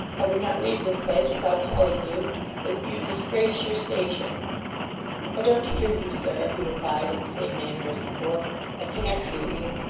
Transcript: i would not leave this place without telling you that you disgrace your station i don't hear you, sir he replied in the same manner as before i can't hear you.